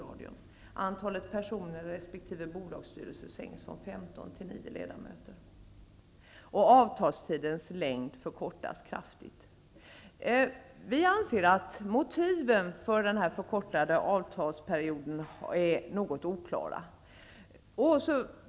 Avtalstidens längd förkortas kraftigt. Vi anser att motiven för den förkortade avtalsperioden är något oklara.